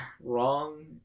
Wrong